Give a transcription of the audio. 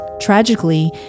Tragically